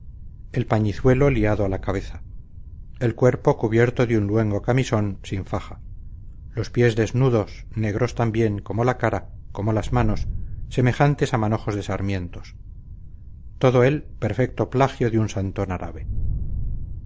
parecía negra el pañizuelo liado a la cabeza el cuerpo cubierto de un luengo camisón sin faja los pies desnudos negros también como la cara como las manos semejantes a manojos de sarmientos todo él perfecto plagio de un santón árabe